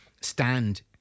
stand